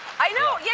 i know. yeah